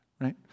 right